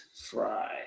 Fry